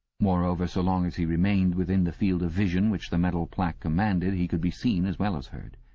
moreover, so long as he remained within the field of vision which the metal plaque commanded, he could be seen as well as heard.